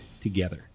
together